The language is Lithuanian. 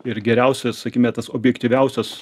ir geriausias sakime tas objektyviausias